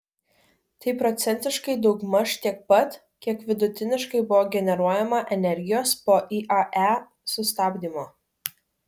tai procentiškai daugmaž tiek pat kiek vidutiniškai buvo generuojama energijos po iae sustabdymo